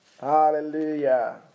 Hallelujah